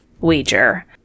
wager